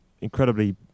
Incredibly